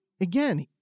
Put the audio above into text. again